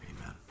amen